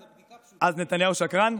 זו בדיקה פשוטה, אז נתניהו שקרן?